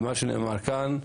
וכפי שנאמר כאן,